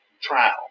trial